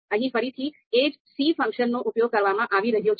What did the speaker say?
અહીં ફરીથી એ જ c ફંક્શન નો ઉપયોગ કરવામાં આવી રહ્યો છે